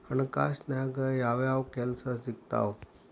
ಹಣಕಾಸಿನ್ಯಾಗ ಯಾವ್ಯಾವ್ ಕೆಲ್ಸ ಸಿಕ್ತಾವ